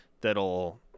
that'll